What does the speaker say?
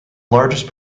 largest